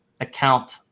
account